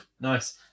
nice